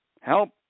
Help